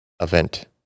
event